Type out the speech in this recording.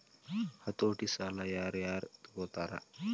ಹತೋಟಿ ಸಾಲಾ ಯಾರ್ ಯಾರ್ ತಗೊತಾರ?